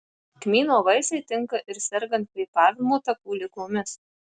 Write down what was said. kmyno vaisiai tinka ir sergant kvėpavimo takų ligomis